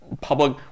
public